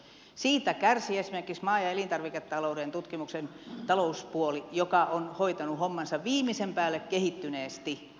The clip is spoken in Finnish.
siitä kärsii esimerkiksi maa ja elintarviketalouden tutkimuskeskuksen talouspuoli joka on hoitanut hommansa viimeisen päälle kehittyneesti